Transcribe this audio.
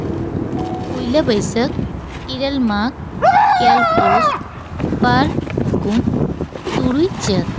ᱯᱩᱭᱞᱟᱹ ᱵᱟᱹᱭᱥᱟᱹᱠ ᱤᱨᱟᱹᱞ ᱢᱟᱜᱽ ᱜᱮᱞ ᱯᱩᱥ ᱵᱟᱨ ᱯᱷᱟᱹᱜᱩᱱ ᱛᱩᱨᱩᱭ ᱪᱟᱹᱛ